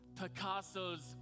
Picasso's